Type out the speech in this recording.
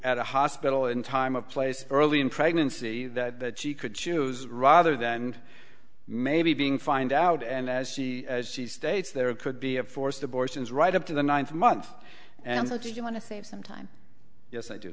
at a hospital in time a place early in pregnancy that she could choose rather than and maybe being find out and as she as she states there could be a forced abortions right up to the ninth month and so do you want to save some time yes i do